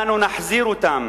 אנו נחזיר אותם.